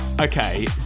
Okay